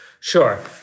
Sure